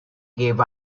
gave